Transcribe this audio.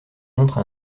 montre